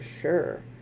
sure